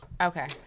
Okay